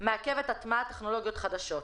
מעכבת הטמעת טכנולוגיות חדשות".